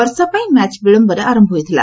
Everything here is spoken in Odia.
ବର୍ଷା ପାଇଁ ମ୍ୟାଚ୍ ବିଳୟରେ ଆରମ୍ଭ ହୋଇଥିଲା